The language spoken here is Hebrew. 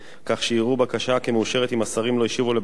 כך שיראו בקשה כמאושרת אם השרים לא ישיבו לבקשת